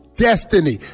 Destiny